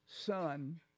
son